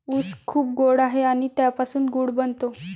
ऊस खूप गोड आहे आणि त्यापासून गूळ बनतो